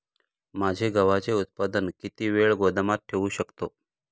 माझे गव्हाचे उत्पादन किती वेळ गोदामात ठेवू शकतो?